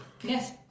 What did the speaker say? Yes